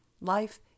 Life